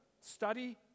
study